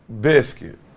biscuit